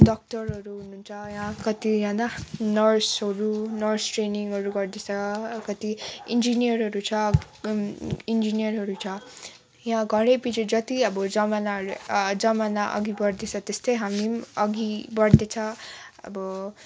डक्टरहरू हुनुहुन्छ यहाँ कतिजना नर्सहरू नर्स ट्रेनिङहरू गर्दै छ कति इन्जिनियरहरू छ इन्जिनियरहरू छ यहाँ घरैपिच्छे जति अब जमानाहरू जमाना अघि बढ्दैछ त्यस्तै हामी पनि अघि बढ्दैछ अब